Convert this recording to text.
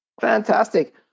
Fantastic